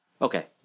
Okay